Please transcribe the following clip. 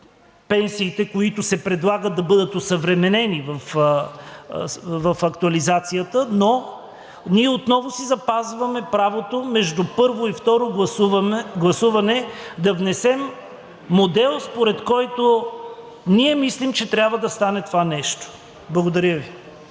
пенсиите, които се предлага да бъдат осъвременени в актуализацията, но ние отново си запазваме правото между първо и второ гласуване да внесем модел, според който ние мислим, че трябва да стане това нещо. Благодаря Ви.